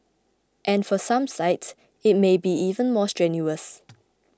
and for some sites it may be even more strenuous